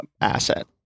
asset